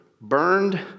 burned